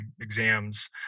exams